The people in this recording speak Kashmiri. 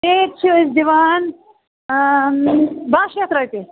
پیٚٹہِ چھِ أسۍ دِوان باہ شتھ رۄپیہِ